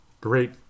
Great